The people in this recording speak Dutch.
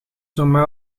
normaal